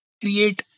create